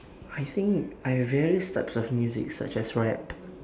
I think I've various types of music such as rap